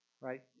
right